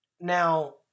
Now